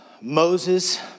Moses